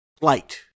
light